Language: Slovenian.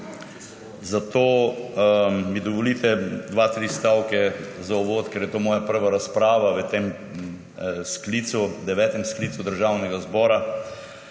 Zato mi dovolite dva, tri stavke za uvod, ker je to moja prva razprava v tem sklicu, devetem sklicu Državnega zbora.